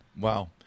Wow